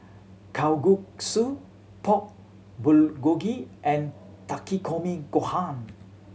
Kalguksu Pork Bulgogi and Takikomi Gohan